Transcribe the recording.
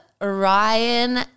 ryan